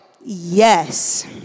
Yes